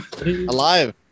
Alive